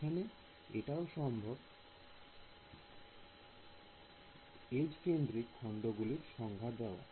এখানে এটাও সম্ভব ইজ কেন্দ্রিক খন্ড গুলির সংজ্ঞা দেওয়া